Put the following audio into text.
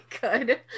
good